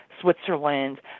Switzerland